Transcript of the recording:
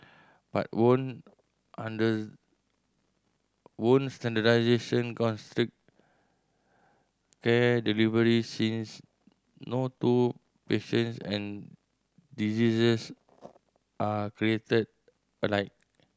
but won't under won't standardisation constrict care delivery since no two patients and diseases are created alike